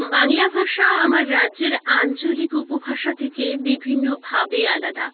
বাংলা ভাষা আমার রাজ্যের আঞ্চলিক উপভাষা থেকে বিভিন্নভাবে আলাদা